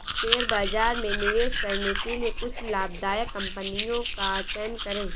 share बाजार में निवेश करने के लिए कुछ लाभदायक कंपनियों का चयन करें